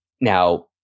Now